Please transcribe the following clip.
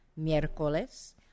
miércoles